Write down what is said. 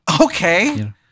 Okay